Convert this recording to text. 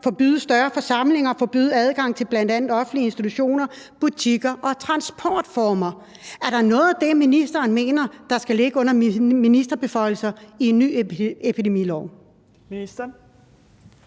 forbyde større forsamlinger og at forbyde adgangen til bl.a. offentlige institutioner, butikker og transportmidler. Er det noget af det, ministeren mener skal ligge som ministerbeføjelser i en ny epidemilov? Kl.